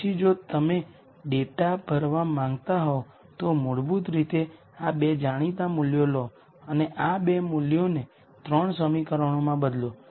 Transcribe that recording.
પછી જો તમે આ ડેટા ભરવા માંગતા હોવ તો મૂળભૂત રીતે આ બે જાણીતા મૂલ્યો લો અને આ બે મૂલ્યોને 3 સમીકરણોમાં બદલો